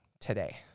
today